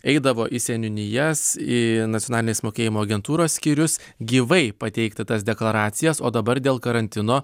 eidavo į seniūnijas į nacionalinės mokėjimo agentūros skyrius gyvai pateikti tas deklaracijas o dabar dėl karantino